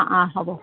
অঁ অঁ হ'ব